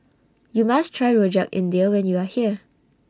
YOU must Try Rojak India when YOU Are here